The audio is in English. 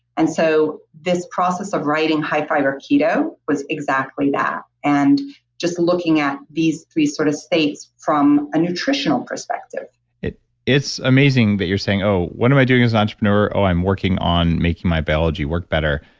and so this process of writing high fiber keto was exactly that and just looking at these three sort of states from a nutritional perspective it's amazing that you're saying, oh, what am i doing as an entrepreneur? oh, i'm working on making my biology work better.